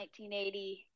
1980